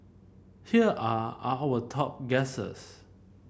here are our top guesses